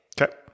Okay